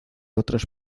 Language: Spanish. otras